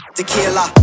Tequila